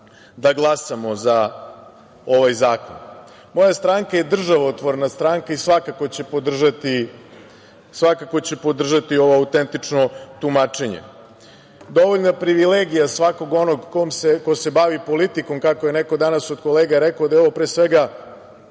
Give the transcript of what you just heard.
da glasamo za ovaj zakon. Moja stranka je državotvorna stranka i svakako će podržati ovo autentično tumačenje. Dovoljna privilegija svakog onog ko se bavi politikom, kako je neko od kolega danas rekao da je ovo pre svega